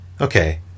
Okay